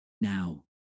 Now